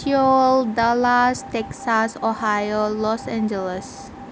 Seoul Dallas Texas ohio Los Angeles